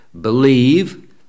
believe